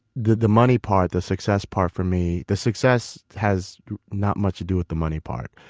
the the money part, the success part for me, the success has not much to do with the money part.